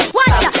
watch